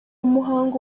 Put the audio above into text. muhango